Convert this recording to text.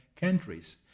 countries